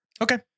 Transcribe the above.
Okay